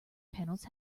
panels